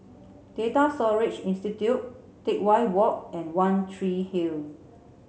Data Storage Institute Teck Whye Walk and One Tree Hill